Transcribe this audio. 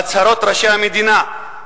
בהצהרות ראשי המדינה,